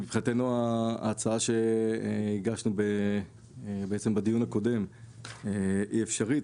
מבחינתנו ההצעה שהגשנו בדיון הקודם היא אפשרית,